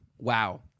Wow